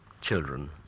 children